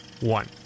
one